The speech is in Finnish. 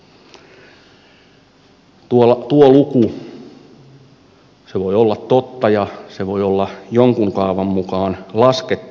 tuo luku voi olla totta ja se voi olla jonkun kaavan mukaan laskettu